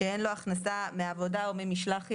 "אין לו הכנסה מעבודה או ממשלח יד",